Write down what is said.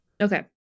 Okay